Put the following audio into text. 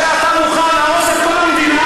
הרי אתה מוכן להרוס את כל המדינה,